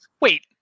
Wait